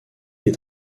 des